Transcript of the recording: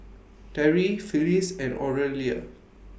Terrie Phillis and Aurelia